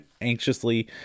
anxiously